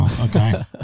okay